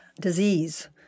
disease